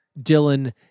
Dylan